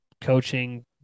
coaching